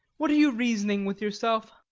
what are you reasoning with yourself?